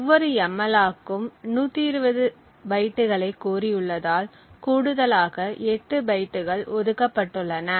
ஒவ்வொரு எம்மலாக்கும் 120 பைட்டுகளை கோரியுள்ளதால் கூடுதலாக 8 பைட்டுகள் ஒதுக்கப்பட்டுள்ளன